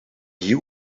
you